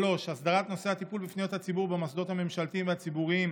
3. הסדרת נושא הטיפול בפניות הציבור במוסדות הממשלתיים והציבוריים